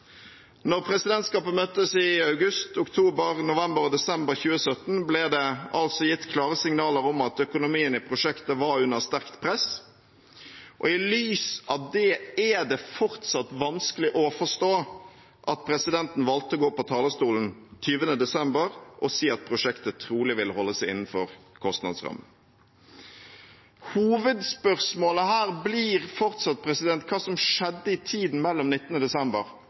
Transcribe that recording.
presidentskapet møttes i august, oktober, november og desember 2017, ble det altså gitt klare signaler om at økonomien i prosjektet var under sterkt press. I lys av det er det fortsatt vanskelig å forstå at presidenten valgte å gå på talerstolen 20. desember og si at prosjektet trolig ville holde seg innenfor kostnadsrammen. Hovedspørsmålet her blir fortsatt hva som skjedde i tiden mellom 19. desember